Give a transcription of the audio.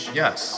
yes